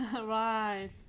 Right